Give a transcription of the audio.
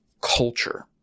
culture